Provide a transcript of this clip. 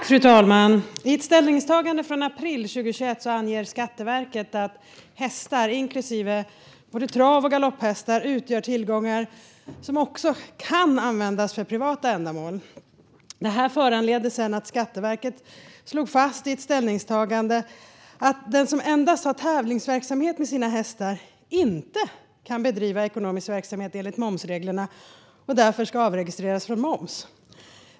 Fru talman! I ett ställningstagande från april 2021 angav Skatteverket att hästar, inklusive både trav och galopphästar, utgör tillgångar som också kan användas för privata ändamål. Detta föranledde att Skatteverket slog fast i ett ställningstagande att den som endast har tävlingsverksamhet med sina hästar inte kan bedriva ekonomisk verksamhet enligt momsreglerna och därför ska avregistreras från moms.